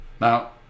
Now